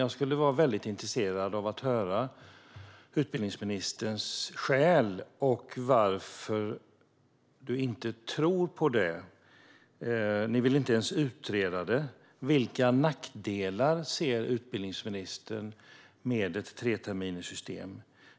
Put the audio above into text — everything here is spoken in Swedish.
Jag skulle vara väldigt intresserad av att höra utbildningsministerns skäl till att han inte tror på det. Ni vill inte ens utreda det. Vilka nackdelar ser utbildningsministern med ett treterminssystem?